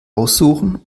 aussuchen